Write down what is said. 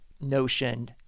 notion